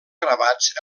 gravats